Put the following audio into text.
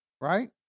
right